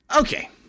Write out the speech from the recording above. okay